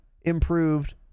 improved